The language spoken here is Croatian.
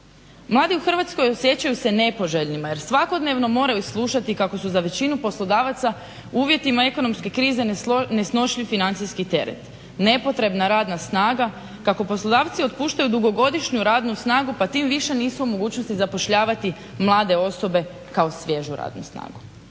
Mladi u Hrvatskoj osjećaju se nepoželjnima jer svakodnevno moraju slušati kako su za većinu poslodavaca u uvjetima ekonomske krize nesnošljiv financijski teret, nepotrebna radna snaga. Kako poslodavci otpuštaju dugogodišnju radnu snagu pa tim više nisu u mogućnosti zapošljavati mlade osobe kao svježu radnu snagu.